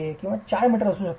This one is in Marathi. ते 4m मीटर असू शकते